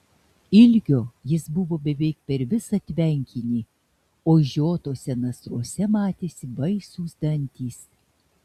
ilgio jis buvo beveik per visą tvenkinį o išžiotuose nasruose matėsi baisūs dantys